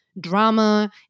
drama